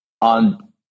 on